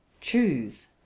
choose